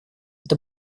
это